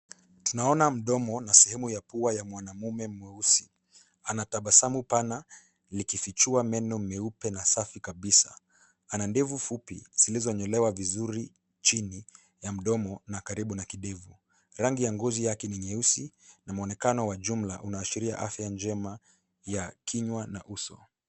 Tunaona mdomo na sehemu ya pua ya mwanamume mweusi. Ana tabasamu pana, likifichua meno meupe na safi kabisa. Ana ndevu fupi, zilizonyolewa vizuri chini ya mdomo na karibu na kidevu. Rangi ya ngozi yake ni nyeusi, na muonekano wa jumla unaashiria afya njema ya kinywa na uso.